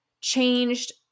changed